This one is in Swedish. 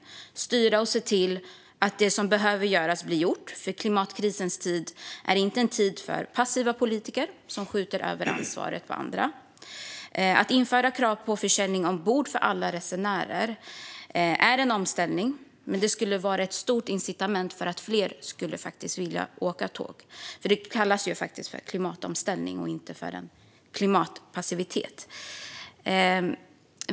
Vi behöver styra och se till att det som behöver göras blir gjort. Klimatkrisens tid är inte en tid för passiva politiker som skjuter över ansvaret på andra. Att införa krav på biljettförsäljning ombord för alla resenärer är en omställning, men den skulle vara ett viktigt incitament för att få fler att vilja åka tåg. Det kallas ju faktiskt för klimatomställning och inte klimatpassivitet.